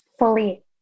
fully